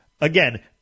again